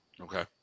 okay